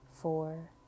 four